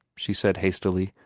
she said hastily.